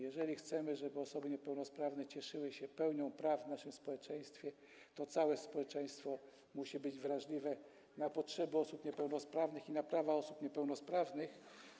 Jeżeli chcemy, żeby osoby niepełnosprawne cieszyły się pełnią praw w naszym społeczeństwie, to całe społeczeństwo musi być wrażliwe na potrzeby osób niepełnosprawnych i na prawa osób niepełnosprawnych.